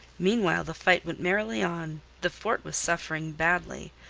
meanwhile the fight went merrily on. the fort was suffering badly.